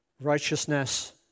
righteousness